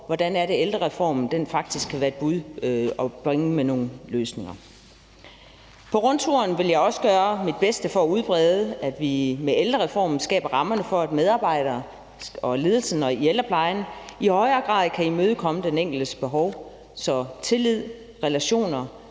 hvordan ældrereformen faktisk er kommet med nogle bud på nogle løsninger. På rundturen vil jeg også gøre mit bedste for at udbrede, at vi med ældrereformen skaber rammerne for, at medarbejderne og ledelsen i ældreplejen i højere grad kan imødekomme den enkeltes behov, så tillid, relationer